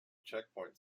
checkpoint